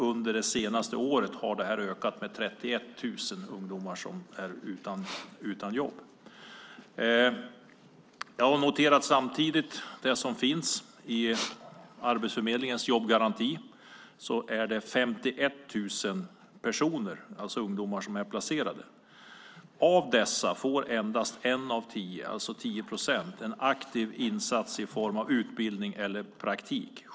Under det senaste året har antalet ungdomar utan jobb ökat med 31 000. I Arbetsförmedlingens jobbgaranti är 51 000 ungdomar placerade. Av dessa får endast en av tio, alltså 10 procent, en aktiv insats i form av utbildning eller praktik.